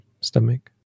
stomach